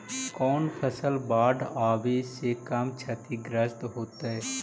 कौन फसल बाढ़ आवे से कम छतिग्रस्त होतइ?